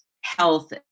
health